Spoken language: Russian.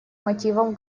мотивам